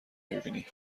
میبینی